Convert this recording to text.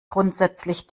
grundsätzlich